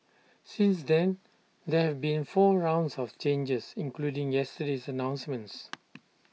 since then there have been four rounds of changes including yesterday's announcements